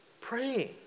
praying